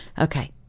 Okay